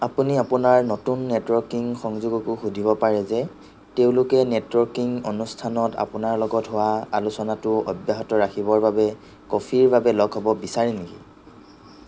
আপুনি আপোনাৰ নতুন নেটৱৰ্কিং সংযোগকো সুধিব পাৰে যে তেওঁলোকে নেটৱৰ্কিং অনুষ্ঠানত আপোনাৰ লগত হোৱা আলোচনাটো অব্যাহত ৰাখিবৰ বাবে কফিৰ বাবে লগ হ'ব বিচাৰে নেকি